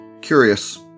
Curious